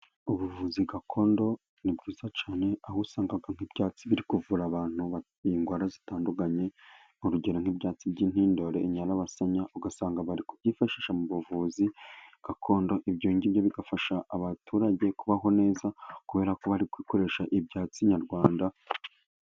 Ubuvuzi gakondo ni bwiza cyane. Aho usanga vaga nk'ibyatsi biri kuvura abantu bafite indwara zitandukanye. Nk'urugero nk'ibyatsi by'intiindore inyabasanya, ugasanga bari kubyifashisha mu buvuzi gakondo. Ibyongibyo bigafasha abaturage kubaho neza, kubera ko bari gukoresha ibyatsi nyayarwanda.